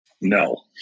No